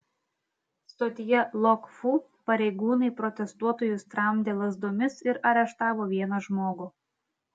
stotyje lok fu pareigūnai protestuotojus tramdė lazdomis ir areštavo vieną žmogų